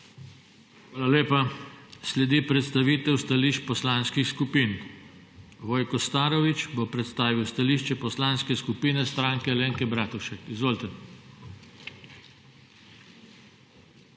Hvala lepa. Sledi predstavitev stališč poslanskih skupin. Vojko Starović bo predstavil stališče Poslanske skupine Stranke Alenke Bratušek. Izvolite. VOJKO